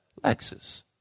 Lexus